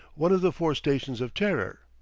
one of the four stations of terror,